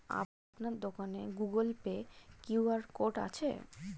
আপনার দোকানে Google Pay QR code আছে?